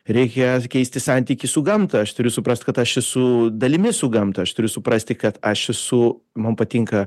reikia keisti santykį su gamta aš turiu suprast kad aš esu dalimi su gamta aš turiu suprasti kad aš esu man patinka